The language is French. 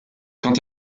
quant